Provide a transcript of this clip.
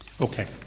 Okay